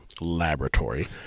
laboratory